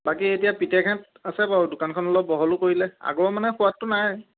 বাকী এতিয়া পিতেকহাঁত আছে বাৰু দোকানখন অলপ বহলো কৰিলে আগৰ মানে সোৱাদটো নাই